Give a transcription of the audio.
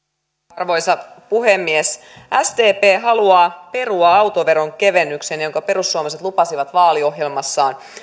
arvoisa puhemies sdp haluaa perua autoveron kevennyksen jonka perussuomalaiset lupasivat vaaliohjelmassaan